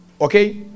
Okay